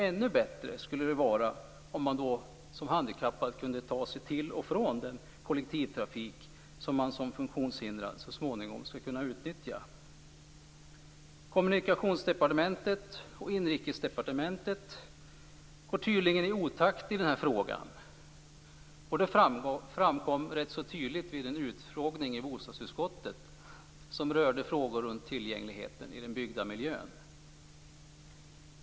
Ännu bättre skulle det vara om man som handikappad kunde ta sig till och från den kollektivtrafik som man som funktionshindrad så småningom skall kunna utnyttja. Kommunikationsdepartementet och Inrikesdepartementet går tydligen i otakt i denna fråga. Det framkom rätt tydligt vid den utfrågning i bostadsutskottet som rörde frågor runt tillgängligheten i den byggda miljön.